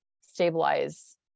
stabilize